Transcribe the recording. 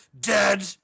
dead